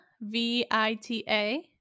V-I-T-A